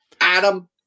Adam